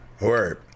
Word